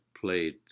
played